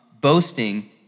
boasting